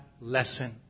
lesson